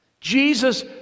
Jesus